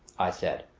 i said.